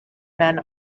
men